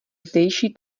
zdejší